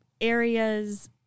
areas